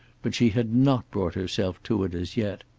but she had not brought herself to it as yet.